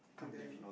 and then